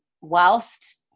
whilst